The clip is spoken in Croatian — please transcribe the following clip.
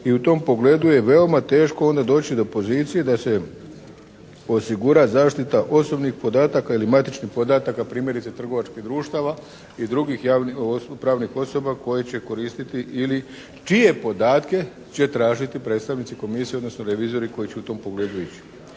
i u tom pogledu je veoma teško onda doći do pozicije da se osigura zaštita osobnih podataka ili matičnih podataka primjerice trgovačkih društava i drugih pravnih osoba koje će koristiti ili čije podatke će tražiti predstavnici komisije, odnosno revizori koji će u tom pogledu ići.